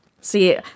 See